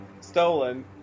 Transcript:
Stolen